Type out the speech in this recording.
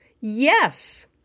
Yes